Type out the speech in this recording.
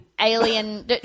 alien